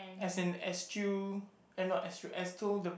as in excuse and not as you as told the